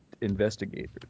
investigators